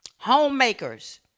Homemakers